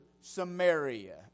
Samaria